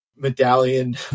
medallion